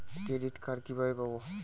Credit card কিভাবে পাব?